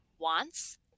wants